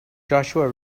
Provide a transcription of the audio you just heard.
joshua